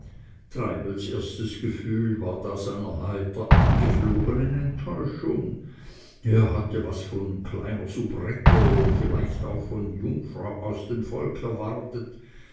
treibels erstes gefühl war das einer heiter angeflogenen enttäuschung er hatte was von kleiner soubrette vielleicht auch von jungfrau aus dem volk erwartet